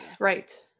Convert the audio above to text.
right